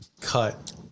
cut